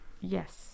Yes